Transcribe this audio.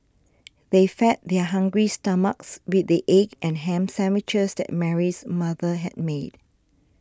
they fed their hungry stomachs with the egg and ham sandwiches that Mary's mother had made